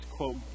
Quote